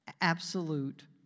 absolute